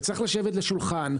וצריך לשבת לשולחן,